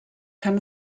kann